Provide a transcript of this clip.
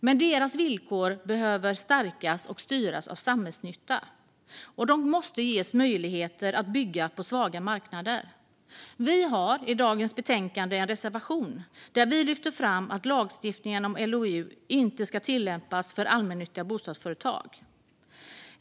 Men deras villkor behöver stärkas och styras av samhällsnytta, och de måste ges möjligheter att bygga på svaga marknader. Vi har i dagens bestänkande en reservation där vi lyfter fram att LOU inte ska tillämpas för allmännyttiga bostadsföretag.